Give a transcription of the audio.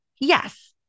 yes